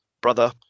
brother